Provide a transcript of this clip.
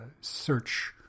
search